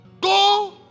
Go